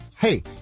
Hey